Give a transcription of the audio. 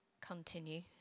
continue